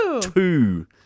two